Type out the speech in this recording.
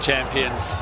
champions